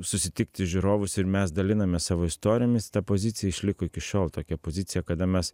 susitikti žiūrovus ir mes dalinamės savo istorijomis ta pozicija išliko iki šiol tokia pozicija kada mes